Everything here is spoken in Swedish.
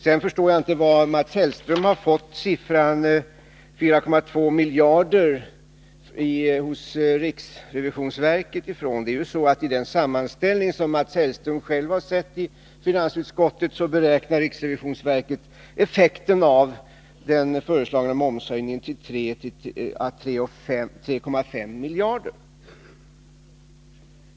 Sedan förstår jag inte varifrån Mats Hellström har fått beloppet 4,2 miljarder hos riksförsäkringsverket. I den sammanställning som Mats Hellström själv har sett i finansutskottet beräknar riksförsäkringsverket effekten av den föreslagna momshöjningen till 3 å 3,5 miljarder.